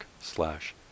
slash